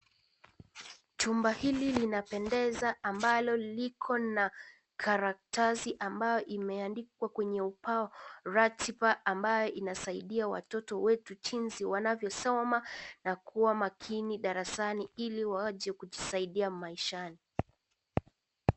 Chumba hili linapendeza ambalo liko na karatasi ambao imeandikwa kwenye ubao ratiba ambayo inasaidia watoto wetu jinsi wanavyosoma na kuwa makini darasani iliwaje kujisaidia maishani.